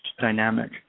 dynamic